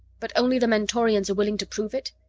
but only the mentorians are willing to prove it?